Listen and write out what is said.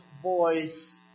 voice